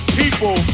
people